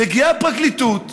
מגיעה הפרקליטות,